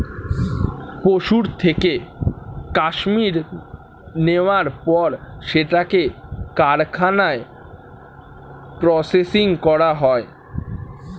পশুর থেকে কাশ্মীর নেয়ার পর সেটাকে কারখানায় প্রসেসিং করা হয়